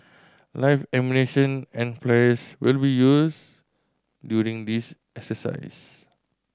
live ammunition and flares will be used during these exercise